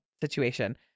situation